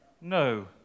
no